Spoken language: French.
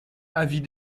avis